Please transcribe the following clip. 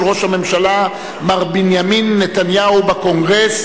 ראש הממשלה מר בנימין נתניהו בקונגרס.